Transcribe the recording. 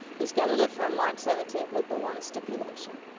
we scheduled it for march seventeenth with the one stipulation.